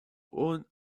one